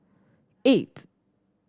eight